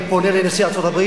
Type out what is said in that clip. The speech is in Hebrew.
אני פונה אל נשיא ארצות-הברית,